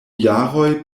jaroj